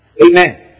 Amen